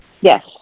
Yes